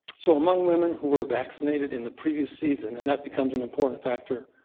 so among women who were vaccinated in the previous seasons, and that becomes an important factor,